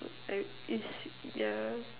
uh is yeah